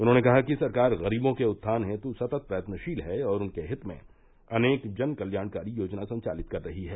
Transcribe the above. उन्होंने कहा कि सरकार गरीबो के उत्थान हेत् सतत प्रयत्नशील है और उनके हित में अनेक जन कल्याणकारी योजना संचालित कर रही है